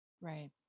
Right